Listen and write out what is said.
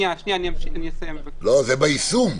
לא, זה ביישום.